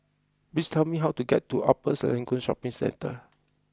please tell me how to get to Upper Serangoon Shopping Centre